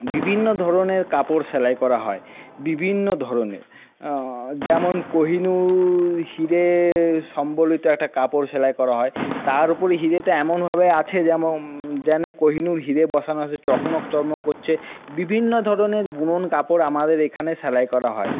বিভিন্ন ধরনের কাপড় সেলাই করা হয় বিভিন্ন ধরনের যেমন কহিনূর হীরে সম্বলিত একটা কাপড় সেলাই করা হয় তার উপরে হীরেটা এমনভাবে আছে যেন যেন কোহিনূর হীরে বসানো আছে চকমক চকমক করছে বিভিন্ন ধরনের বুনন কাপড় আমাদের এখানে সেলাই করা হয়